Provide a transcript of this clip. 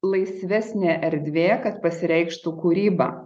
laisvesnė erdvė kad pasireikštų kūryba